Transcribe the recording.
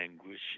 anguish